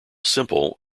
simple